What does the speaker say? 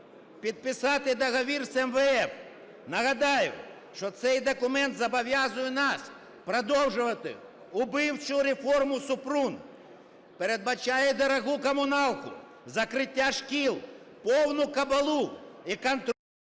підписати договір з МВФ. Нагадаю, що цей документ зобов'язує нас продовжувати вбивчу реформу Супрун, передбачає дорогу комуналку, закриття шкіл, повну кабалу і контроль